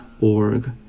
org